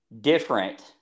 different